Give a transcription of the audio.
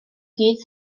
gyd